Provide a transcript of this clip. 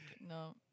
No